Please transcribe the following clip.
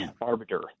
arbiter